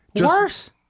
Worse